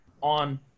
on